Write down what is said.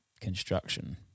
construction